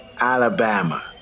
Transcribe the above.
Alabama